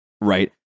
right